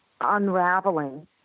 unraveling